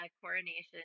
coronation